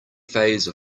phase